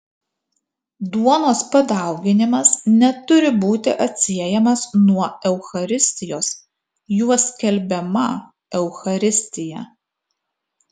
duonos padauginimas neturi būti atsiejamas nuo eucharistijos juo skelbiama eucharistija